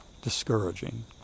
discouraging